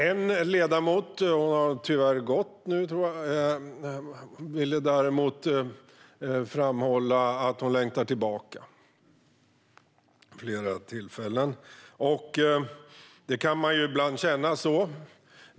En ledamot, som tyvärr har lämnat kammaren, framhöll däremot vid flera tillfällen att hon längtar tillbaka. Man kan ibland känna så.